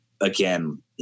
again